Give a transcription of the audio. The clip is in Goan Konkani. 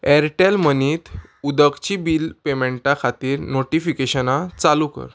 ऍरटॅल मनीत उदकची बिल पेमेंटा खातीर नोटिफिकेशनां चालू कर